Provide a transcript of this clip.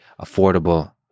affordable